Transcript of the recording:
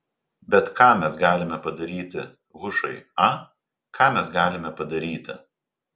bet ką mes galime padaryti hušai a ką mes galime padaryti